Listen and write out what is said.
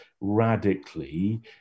radically